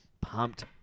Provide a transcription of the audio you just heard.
pumped